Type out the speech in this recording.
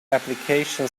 application